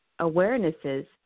awarenesses